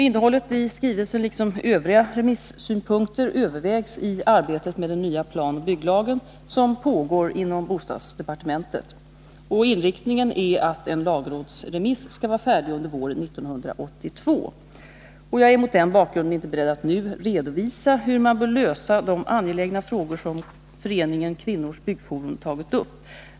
Innehållet i skrivelsen — liksom övriga remissynpunkter — övervägs i arbetet med den nya planoch bygglagen som pågår inom bostadsdepartmentet. Inriktningen är att en lagrådsremiss skall vara färdig under våren 1982. Jag är mot den bakgrunden inte beredd att nu redovisa hur man bör lösa de angelägna frågor som Föreningen Kvinnors byggforum tagit upp.